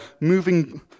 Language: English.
moving